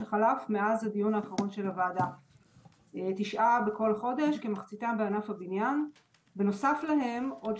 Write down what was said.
המצב חמור בשני התחומים: גם בענף הבנייה וגם